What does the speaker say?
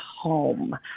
home